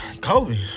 Kobe